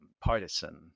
partisan